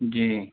جی